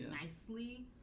nicely